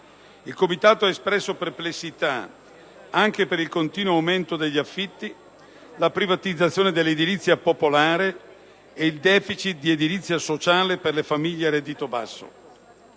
Il Comitato ha espresso perplessità anche per il continuo aumento degli affitti, la privatizzazione dell'edilizia popolare ed il *deficit* di edilizia sociale per le famiglie a reddito basso.